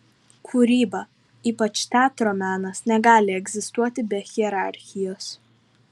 kūryba ypač teatro menas negali egzistuoti be hierarchijos